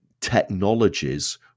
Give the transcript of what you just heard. technologies